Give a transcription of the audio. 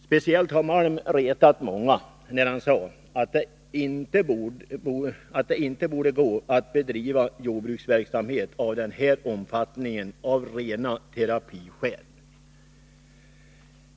Speciellt retade Malm många när han sade ”att det inte borde gå att bedriva jordbruksverksamhet av den här omfattningen av rena terapiskäl”.